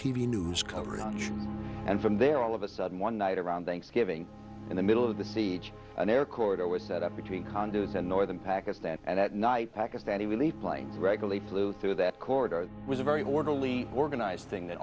v news coverage and from there all of a sudden one night around thanksgiving in the middle of the siege an air corridor was set up between condos in northern pakistan and at night pakistani really playing regularly flew through that corridor was a very orderly organized thing that